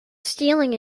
stealing